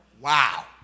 Wow